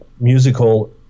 musical